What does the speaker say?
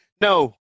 no